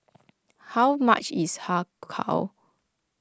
how much is Har Kow